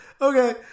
Okay